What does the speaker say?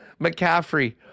McCaffrey